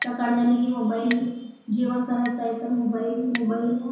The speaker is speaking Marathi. सकाळ झाली की मोबाईल जेवण करायचं आहे तर मोबाईल मोबाईल